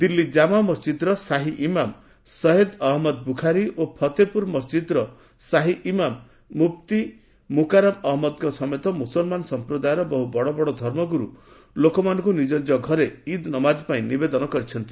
ଦିଲ୍ଲୀ ଜାମା ମସ୍ଜିଦ୍ର ଶାହିଇମାମ୍ ସୟେଦ ଅହନ୍ମଦ ବୁଖାରୀ ଓ ଫତେହ ପୁରୀ ମସ୍ଜିଦ୍ର ଶାହିଇମାମ ମୁଫତି ମୁକାରାମ୍ ଅହମ୍ମଦଙ୍କ ସମେତ ମୁସଲମାନ ସମ୍ପ୍ରଦାୟର ବହୁ ବଡ ବଡ ଧର୍ମଗୁରୁ ଲୋକମାନଙ୍କୁ ନିଜ ନିଜ ଘରେ ଇଦ୍ ନମାଜ ପାଇଁ ନିବେଦନ କରିଛନ୍ତି